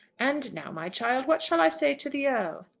and now, my child, what shall i say to the earl?